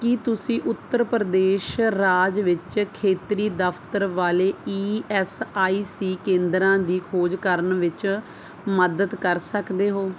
ਕੀ ਤੁਸੀਂ ਉੱਤਰ ਪ੍ਰਦੇਸ਼ ਰਾਜ ਵਿੱਚ ਖੇਤਰੀ ਦਫ਼ਤਰ ਵਾਲੇ ਈ ਐਸ ਆਈ ਸੀ ਕੇਂਦਰਾਂ ਦੀ ਖੋਜ ਕਰਨ ਵਿੱਚ ਮਦਦ ਕਰ ਸਕਦੇ ਹੋ